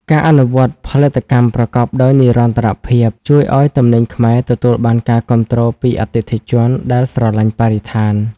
ការអនុវត្តផលិតកម្មប្រកបដោយនិរន្តរភាព ជួយឱ្យទំនិញខ្មែរទទួលបានការគាំទ្រពីអតិថិជនដែលស្រឡាញ់បរិស្ថាន។